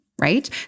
right